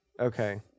Okay